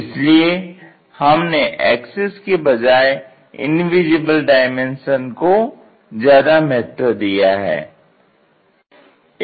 इसलिए हमने एक्सिस की बजाए इनविजिबल डायमेंशन को ज्यादा महत्व दिया है